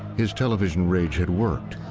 his television rage had worked.